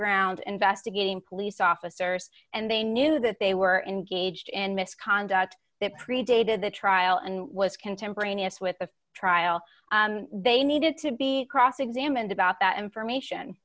ground investigating police officers and they knew that they were engaged in misconduct that predated the trial and was contemporaneous with the trial they needed to be cross examined about that information